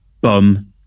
bum